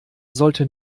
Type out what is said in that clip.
sollte